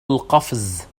القفز